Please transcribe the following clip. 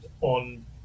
on